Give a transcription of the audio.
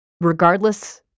regardless